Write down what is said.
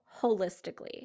holistically